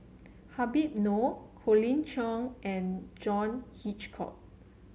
Habib Noh Colin Cheong and John Hitchcock